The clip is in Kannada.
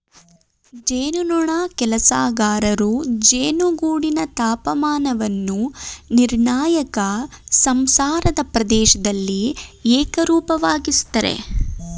ಜೇನುನೊಣ ಕೆಲಸಗಾರರು ಜೇನುಗೂಡಿನ ತಾಪಮಾನವನ್ನು ನಿರ್ಣಾಯಕ ಸಂಸಾರದ ಪ್ರದೇಶ್ದಲ್ಲಿ ಏಕರೂಪವಾಗಿಸ್ತರೆ